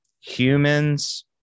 humans